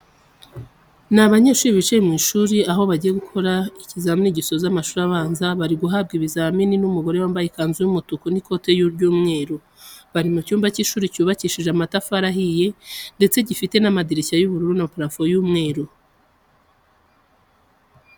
Ni abanyeshuri bicaye mu ishuri aho bagiye gukora ikizamini gisoza amashuri abanza, bari guhabwa ibizamini n'umugore wambaye ikanzu y'umutuku n'ikote ry'umweru. Bari mu cyumba cy'ishuri cyubakishije amatafari ahiye ndetse gifite n'amadirishya y'ubururu na parafo y'umweru.